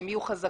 שהן יהיו חזקות.